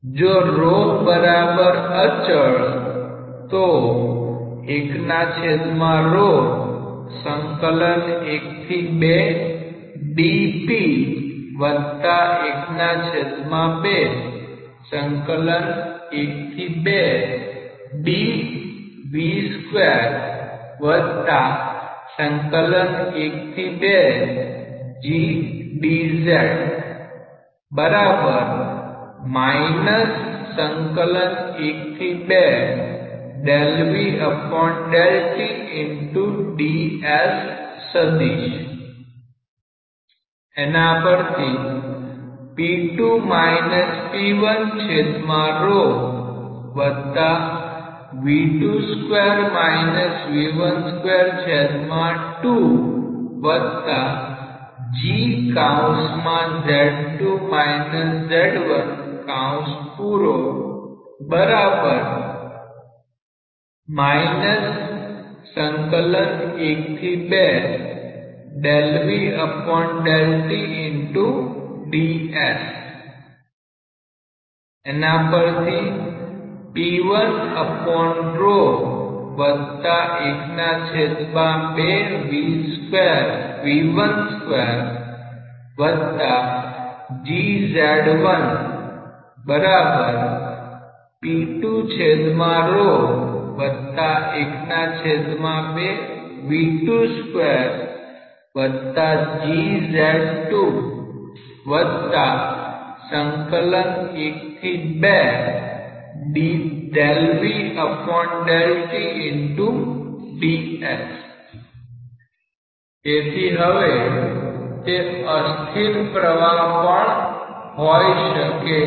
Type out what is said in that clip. જો અચળ તેથી હવે તે અસ્થિર પ્રવાહ પણ હોય શકે છે